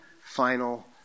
final